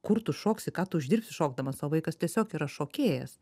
kur tu šoksi ką tu uždirbsi šokdamas o vaikas tiesiog yra šokėjas